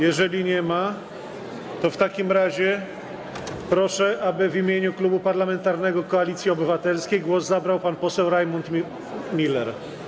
Jeżeli nie ma pana posła, to proszę, aby w imieniu klubu parlamentarnego Koalicji Obywatelskiej głos zabrał pan poseł Rajmund Miller.